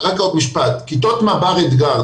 כיתות מב"ר אתגר,